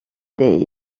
des